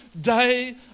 day